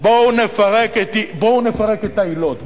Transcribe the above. בואו נפרק את העילות,